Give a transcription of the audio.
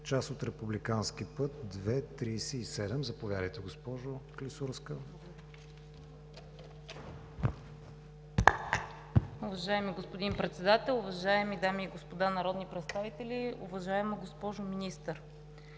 част от републикански път II-37. Заповядайте, госпожо Клисурска.